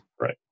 right